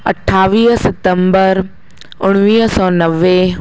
अठावीह सितम्बर उणिवीह सौ नवे